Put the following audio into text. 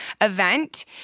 event